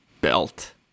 Belt